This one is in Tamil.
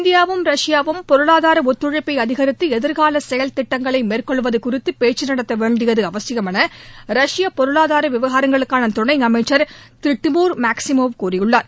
இந்தியாவும் ரஷ்யாவும் பொருளாதார ஒத்துழைப்பை அதிகரித்து எதிர்கால செயல் திட்டங்களை மேற்கொள்வது குறித்து பேச்சு நடத்தவேண்டியது அவசியம் என ரஷ்ய பொருளாதார விவகாரங்களுக்கான துணை அமைச்சர் திரு டிமூர் மேக்சிமோவ் கூறியுள்ளார்